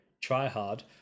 try-hard